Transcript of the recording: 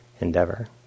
endeavor